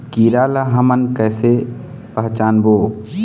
कीरा ला हमन कइसे पहचानबो?